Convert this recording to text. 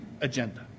agenda